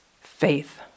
faith